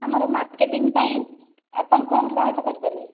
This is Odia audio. ଆମର ମାର୍କେଟିଂ ପାଇଁ ଆପଣ କ'ଣ ସହାୟତା କରିପାରିବେ